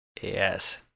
Yes